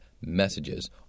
messages